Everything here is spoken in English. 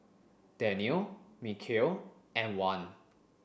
Danial Mikhail and Wan